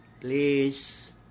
Please